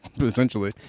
Essentially